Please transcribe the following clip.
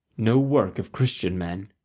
no work of christian men.